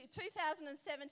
2017